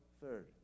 third